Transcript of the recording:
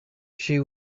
she